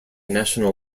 national